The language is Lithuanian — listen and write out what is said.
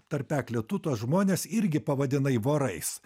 tarpeklį tu tuos žmones irgi pavadinai vorais